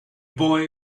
boy